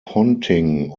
ponting